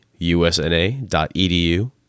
usna.edu